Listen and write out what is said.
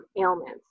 ailments